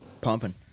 Pumping